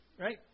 right